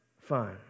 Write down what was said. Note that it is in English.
fine